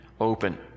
open